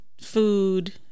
food